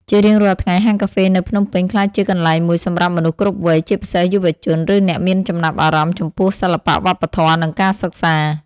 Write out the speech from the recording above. ជារៀងរាល់ថ្ងៃហាងកាហ្វេនៅភ្នំពេញក្លាយជាកន្លែងមួយសម្រាប់មនុស្សគ្រប់វ័យ ជាពិសេសយុវជន ឬអ្នកមានចំណាប់អារម្មណ៍ចំពោះសិល្បៈ វប្បធម៌ និងការសិក្សា។